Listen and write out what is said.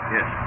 Yes